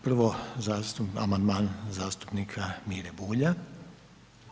Prvo, amandman zastupnika Mire Bulja.